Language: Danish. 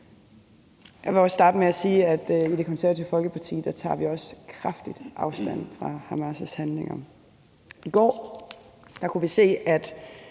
Jeg vil også starte med at sige, at i Det Konservative Folkeparti tager vi også kraftigt afstand fra Hamas' handlinger. I går kunne vi se, at